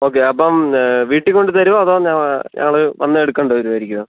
okay appam വീട്ടിൽ കൊണ്ടുത്തരുമോ അതോ ഞങ്ങൾ വന്ന് എടുക്കേണ്ടി വരുമായിരിക്കുമോ